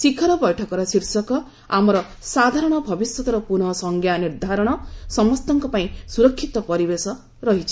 ଶିଖର ବୈଠକର ଶୀର୍ଷକ 'ଆମର ସାଧାରଣ ଭବିଷ୍ୟତର ପ୍ରନଃ ସଂଜ୍ଞା ନିର୍ଦ୍ଧାରଣ ସମସ୍ତଙ୍କ ପାଇଁ ସ୍ୱରକ୍ଷିତ ପରିବେଶ' ରହିଛି